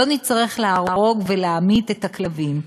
לא נצטרך להרוג ולהמית את הכלבים.